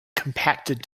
compacted